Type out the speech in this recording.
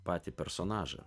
patį personažą